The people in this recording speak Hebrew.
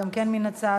גם כן מן הצד,